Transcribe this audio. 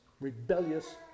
rebellious